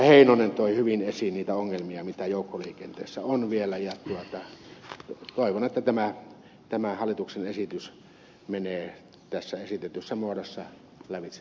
heinonen toi hyvin esiin niitä ongelmia joita joukkoliikenteessä on vielä ja toivon että tämä hallituksen esitys menee tässä esitetyssä muodossa lävitse valiokunnassa